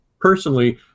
personally